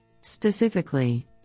Specifically